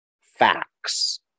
facts